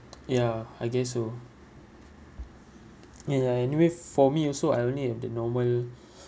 ya I guess so ya anyway for me also I only have the normal